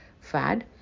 fad